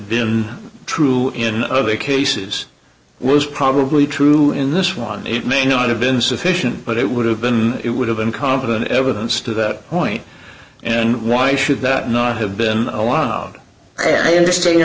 been true in other cases was probably true in this one it may not have been sufficient but it would have been it would have been competent evidence to that point and why should that not have been a while and i understand your